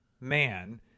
man